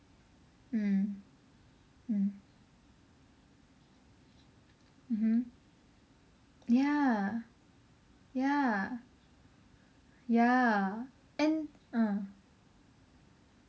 mm hmm mhm ya ya ya and uh